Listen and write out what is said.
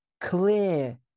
clear